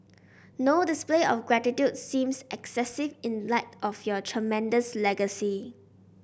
no display of gratitude seems excessive in light of your tremendous legacy